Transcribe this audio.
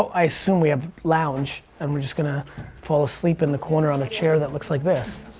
i assume we have lounge and we're just gonna fall asleep in the corner on a chair that looks like this.